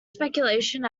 speculation